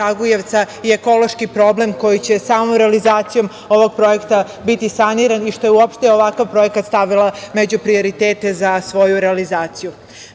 i ekološki problem koji će samom realizacijom ovog projekta biti saniran i što je uopšte ovakav projekat stavila među prioritete za svoju realizaciju. Razlozi